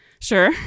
Sure